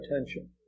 attention